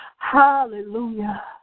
Hallelujah